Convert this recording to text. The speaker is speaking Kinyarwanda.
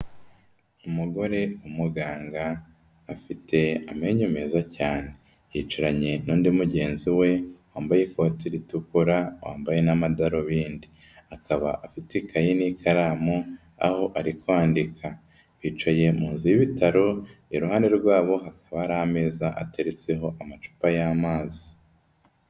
Umugore umuganga afite amenyo meza cyane, yicaranye n'undi mugenzi we wambaye ikoti ritukura wambaye n'amadarubindi, akaba afite ikayi n'ikaramu aho ari kwandika, yicaye mu nzu y'ibitaro iruhande rwabo hakaba hari ameza ateretseho amacupa y'amazi.